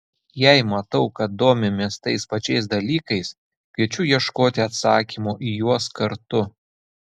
jei matau kad domimės tais pačiais dalykais kviečiu ieškoti atsakymo į juos kartu